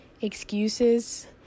excuses